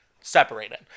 separated